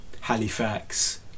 Halifax